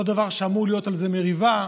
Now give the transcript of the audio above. לא דבר שאמורה להיות עליו מריבה.